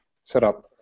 setup